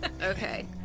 Okay